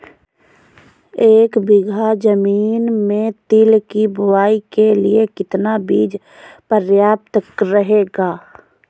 एक बीघा ज़मीन में तिल की बुआई के लिए कितना बीज प्रयाप्त रहेगा?